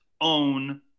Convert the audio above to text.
own